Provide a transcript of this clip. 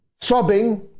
sobbing